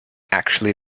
actually